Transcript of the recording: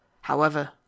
However